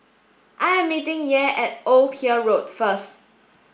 I am meeting Yair at Old Pier Road first